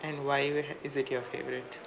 and why you had is it your favourite